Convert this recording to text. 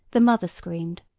the mother screamed.